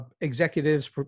executives